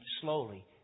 slowly